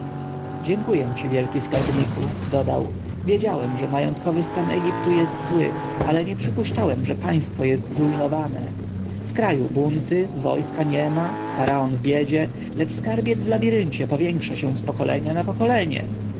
dziękuję ci wielki skarbniku dodał wiedziałem że majątkowy stan egiptu jest zły ale nie przypuszczałem że państwo jest zrujnowane w kraju bunty wojska niema faraon w biedzie lecz skarbiec w labiryncie powiększa się z pokolenia na pokolenie